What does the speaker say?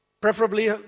Preferably